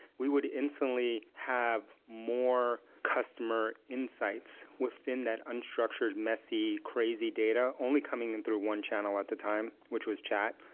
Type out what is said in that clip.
we would instantly have more customer insights within that unstructured, messy, crazy data only coming in through one channel at the time, which was chat.